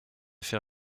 fait